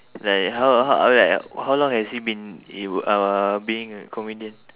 like how how like how long has he been he uh being comedian